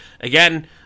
again